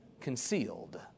concealed